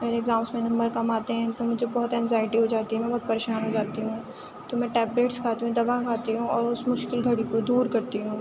میرے ایگزامس میں نمبر کم آتے ہیں تو مجھے بہت انزائٹی ہو جاتی ہے میں بہت پریشان ہو جاتی ہوں تو میں ٹیب لیٹس کھاتی ہوں دوا کھاتی ہوں اور اس مشکل گھڑی کو دور کرتی ہوں